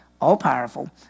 all-powerful